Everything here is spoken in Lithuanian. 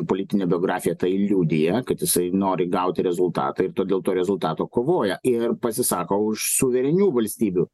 politinė biografija tai liudija kad jisai nori gauti rezultatą ir todėl to rezultato kovoja ir pasisako už suverenių valstybių